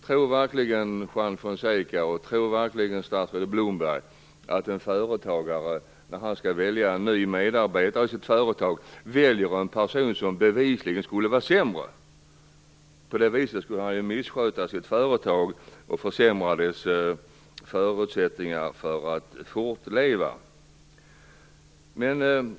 Tror verkligen Juan Fonseca och statsrådet Blomberg att en företagare som skall välja en ny medarbetare till sitt företag väljer en person som bevisligen är sämre? På det viset skulle han ju missköta sitt företag och försämra dess förutsättningar att fortleva.